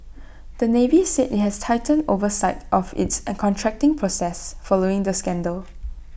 the navy said IT has tightened oversight of its an contracting process following the scandal